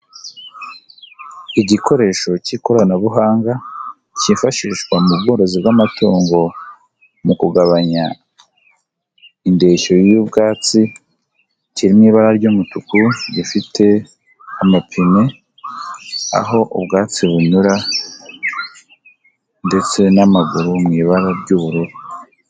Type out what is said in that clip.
Igikoresho cy'ikoranabuhanga cyifashishwa mu bworozi bw'amatungo mu kugabanya indeshyo y'ubwatsi, kiri mu ibara ry'umutuku, gifite amapine , n'aho ubwatsi bunyura, ndetse n'amaguru mu ibara ry'ubururu.